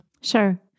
Sure